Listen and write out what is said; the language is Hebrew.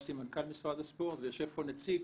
נפגשתי עם מנכ"ל משרד הספורט ויושב פה נציג